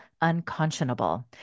unconscionable